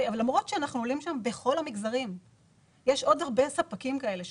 אבל למרות שאנחנו עולים שם בכל המגזרים יש עוד הרבה ספקים כאלה.